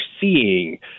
seeing